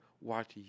watch